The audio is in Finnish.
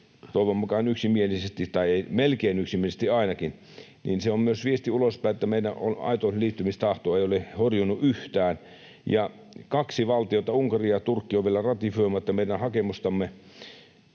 toivon mukaan yksimielisesti tai melkein yksimielisesti ainakin, niin se on myös viesti ulospäin, että meidän aito liittymistahto ei ole horjunut yhtään. Kaksi valtiota, Unkari ja Turkki, on vielä ratifioimatta meidän hakemuksemme.